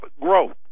growth